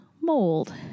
mold